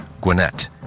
Gwinnett